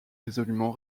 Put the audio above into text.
résolument